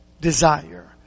desire